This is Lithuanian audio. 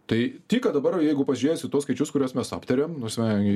tai tik ką dabar jeigu pažiūrėjus į tuos skaičius kuriuos mes aptarėm ta prasme